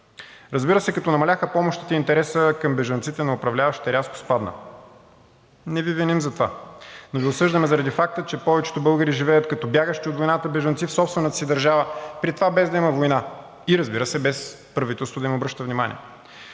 Разбира се, като намаляха помощите, интересът към бежанците на управляващите рязко спадна. Не Ви виним за това, но Ви осъждаме заради факта, че повечето българи живеят като бягащи от войната бежанци в собствената си държава, при това без да има война и, разбира се, без правителството да им обръща внимание.